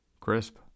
crisp